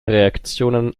reaktionen